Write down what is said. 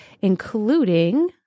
including